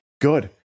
Good